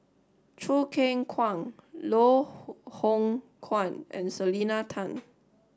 Choo Keng Kwang Loh Hoong Kwan and Selena Tan